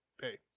Hey